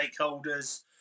stakeholders